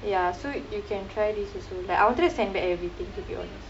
ya so you can try this also like I wanted to send back everything to be honest